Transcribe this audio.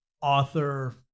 author